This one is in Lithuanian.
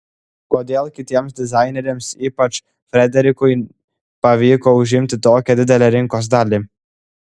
kodėl kitiems dizaineriams ypač frederikui pavyko užimti tokią didelę rinkos dalį